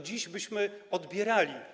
Dziś byśmy odbierali